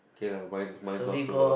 okay lah mine mine not too loud